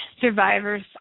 survivors